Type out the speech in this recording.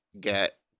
get